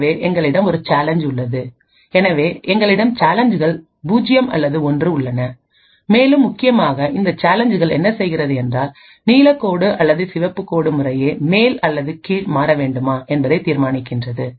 எனவே எங்களிடம் ஒரு சேலஞ்ச் உள்ளது எனவே எங்களிடம் சேலஞ்சுகள் 0 அல்லது 1 உள்ளன மேலும் முக்கியமாக இந்த சேலஞ்சுகள் என்ன செய்கிறது என்றால் நீல கோடு அல்லது சிவப்பு கோடு முறையே மேல் அல்லது கீழ் மாற வேண்டுமா என்பதை தீர்மானிக்கிறது